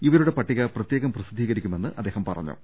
ഇവരുടെ പട്ടിക പ്രത്യേകം പ്രസിദ്ധീകരിക്കുമെന്നും അദ്ദേഹം പറഞ്ഞു